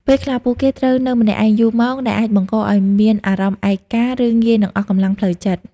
ពេលខ្លះ ពួកគេត្រូវនៅម្នាក់ឯងយូរម៉ោង ដែលអាចបង្កឲ្យមានអារម្មណ៍ឯកា ឬងាយនឹងអស់កម្លាំងផ្លូវចិត្ត។